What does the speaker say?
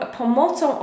pomocą